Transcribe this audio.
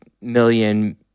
million